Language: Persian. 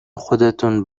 خودتون